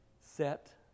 set